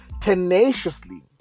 tenaciously